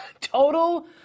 Total